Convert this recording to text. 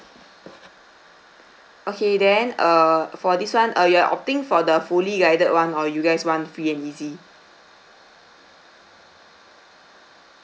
okay then uh for this [one] uh you are opting for the fully guided [one] or you guys want free and easy